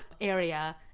area